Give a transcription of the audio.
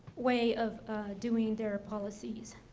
way of doing their policies.